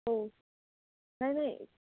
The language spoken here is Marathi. हो नाही नाही